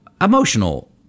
emotional